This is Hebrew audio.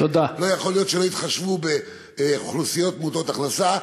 לא יכול להיות שלא יתחשבו באוכלוסיות מעוטות הכנסה.